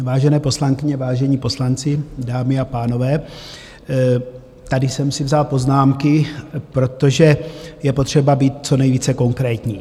Vážené poslankyně, vážení poslanci, dámy a pánové, tady jsem si vzal poznámky, protože je potřeba být co nejvíce konkrétní.